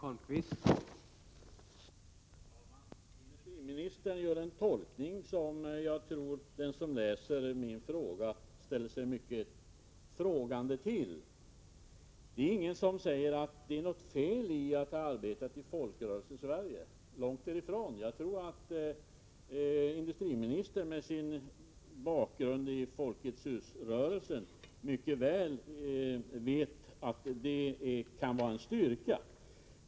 Herr talman! Industriministern gör en tolkning som jag tror att den som läser min fråga ställer sig mycket frågande till. Ingen påstår att det är något fel att ha arbetat i Folkrörelsesverige — långt därifrån. Jag tror att industriministern med sin bakgrund i Folkets hus-rörelsen mycket väl vet att det kan vara en styrka.